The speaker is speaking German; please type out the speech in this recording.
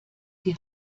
die